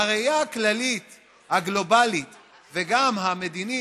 בראייה הכללית הגלובלית וגם המדינית,